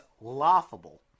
laughable